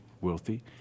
wealthy